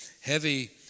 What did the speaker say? heavy